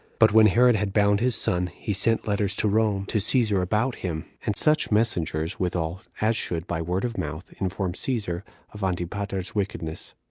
but when herod had bound his son, he sent letters to rome to caesar about him, and such messengers withal as should, by word of mouth, inform caesar of antipater's wickedness.